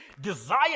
desire